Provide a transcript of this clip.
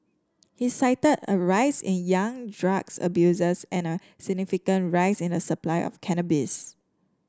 he cited a rise in young drugs abusers and a significant rise in the supply of cannabis